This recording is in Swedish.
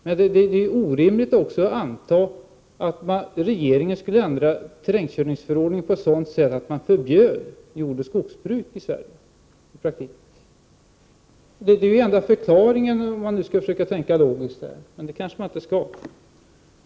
Det är också orimligt att anta att regeringen skulle ändra terrängkörningsförordningen på sådant sätt att man i praktiken förbjöd jordoch skogsbruk i Sverige. Det är ju den enda tänkbara förklaringen, om man nu skall försöka tänka logiskt. Men det kanske man inte skall!